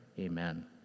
Amen